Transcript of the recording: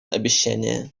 обещание